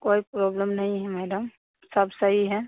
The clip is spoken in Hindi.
कोई प्रॉब्लम नहीं है मैडम सब सही है